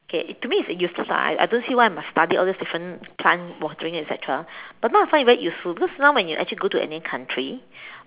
okay to me it's useless I I don't see why I must study all those different plant watering et cetera but now I find it very useful because now when you actually go to any country